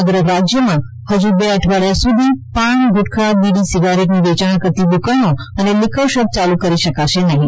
સમગ્ર રાજ્યમાં ફજુ બે અઠવાડિયા સુધી પાન ગુટખા બીડી સીગરેટની વેયાણ કરતી દુકાનો અને લિકર શોપ ચાલુ કરી શકાશે નહીં